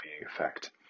effect